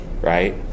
right